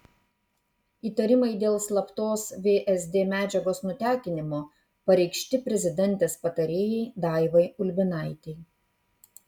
įtarimai dėl slaptos vsd medžiagos nutekinimo pareikšti prezidentės patarėjai daivai ulbinaitei